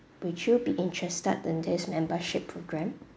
would you be interested in this membership program